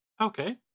Okay